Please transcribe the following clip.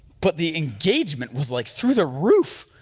but the engagement was like through the roof,